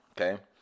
Okay